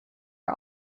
are